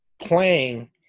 playing